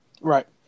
Right